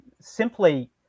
simply